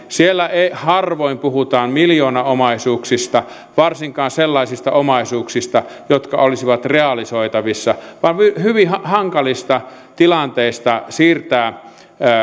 siellä harvoin puhutaan miljoonaomaisuuksista varsinkaan sellaisista omaisuuksista jotka olisivat realisoitavissa vaan hyvin hankalista tilanteista siirtää